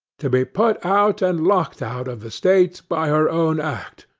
to be put out and locked out of the state by her own act,